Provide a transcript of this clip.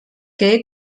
que